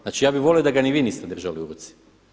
Znači, ja bih volio da ga ni vi niste držali u ruci.